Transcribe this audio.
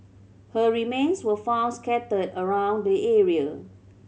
her remains were found scattered around the area